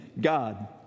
God